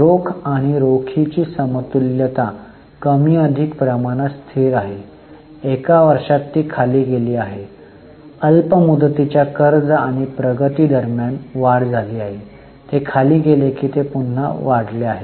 रोख आणि रोखीची समतुल्यता कमी अधिक प्रमाणात स्थिर आहे एका वर्षात ती खाली गेली होती अल्प मुदतीच्या कर्ज आणि प्रगती दरम्यान वाढ झाली होती ते खाली गेले की ते पुन्हा वाढले आहेत